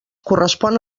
correspon